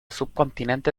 subcontinente